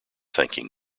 thanking